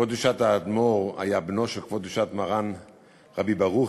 כבוד קדושת האדמו"ר היה בנו של כבוד קדושת מרן רבי ברוך,